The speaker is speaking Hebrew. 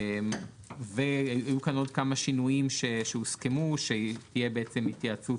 היו כאן עוד כמה שינויים שהוסכמו - שתהיה התייעצות